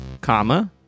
comma